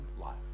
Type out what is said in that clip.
life